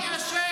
מי אשם?